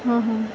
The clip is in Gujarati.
હા હા